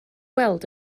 weld